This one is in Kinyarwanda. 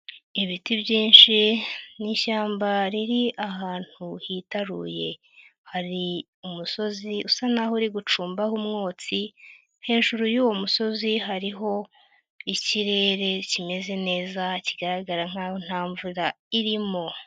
Ibiti byinshi ni ishyamba riri ahantu hitaruye. Hari umusozi usa naho uri gucumbaho umwotsi, hejuru y'uwo musozi hariho ikirere kimeze neza, kigaragara nkaho nta mvura irimo.